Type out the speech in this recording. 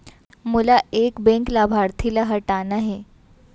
मोला एक बैंक लाभार्थी ल हटाना हे?